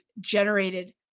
generated